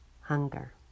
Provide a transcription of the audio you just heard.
hunger